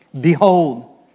Behold